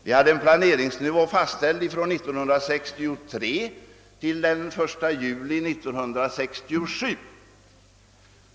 Vi hade en planeringsnivå fastställd från 1963 till den 1 juli 1967.